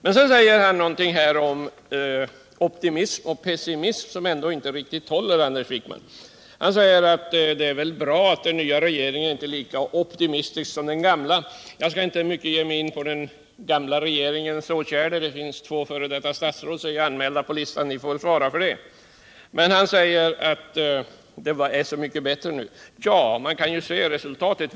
Men så säger Anders Wijkman någonting om optimism och pessimism, som väl ändå inte håller riktigt, nämligen att det är bra att den nya regeringen inte är lika optimistisk som den gamla var. Jag skall nu inte gå närmare in på den tidigare regeringens åtgärder — två f. d. statsråd har an mält sig och står på talarlistan, så de får väl svara för dessa. Anders Wijkman säger också att det är mycket bättre nu än tidigare. Ja, man kan ju se på olika sätt på resultatet av maktskiftet.